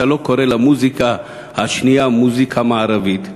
לא קורא למוזיקה השנייה "מוזיקה מערבית"?